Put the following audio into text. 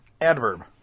Adverb